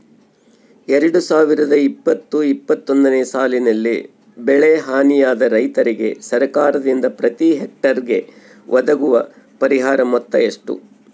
ಎರಡು ಸಾವಿರದ ಇಪ್ಪತ್ತು ಇಪ್ಪತ್ತೊಂದನೆ ಸಾಲಿನಲ್ಲಿ ಬೆಳೆ ಹಾನಿಯಾದ ರೈತರಿಗೆ ಸರ್ಕಾರದಿಂದ ಪ್ರತಿ ಹೆಕ್ಟರ್ ಗೆ ಒದಗುವ ಪರಿಹಾರ ಮೊತ್ತ ಎಷ್ಟು?